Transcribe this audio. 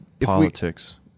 Politics